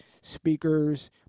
speakers